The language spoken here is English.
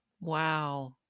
Wow